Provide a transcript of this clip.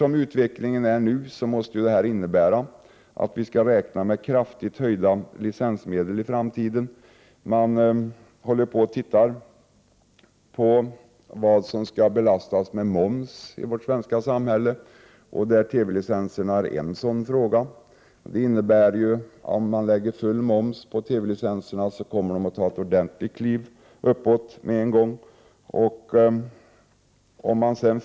Som utvecklingen är nu får vi räkna med kraftigt höjda licensmedel i framtiden. För närvarande tittar man på vad som skall belastas med moms i det svenska samhället. TV-licenserna är en av de saker som man tittar på. Om man belägger TV-licenserna med full moms, kommer dessa med en gång att höjas ordentligt.